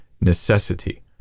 necessity